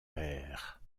père